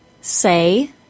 say